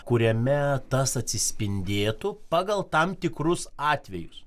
kuriame tas atsispindėtų pagal tam tikrus atvejus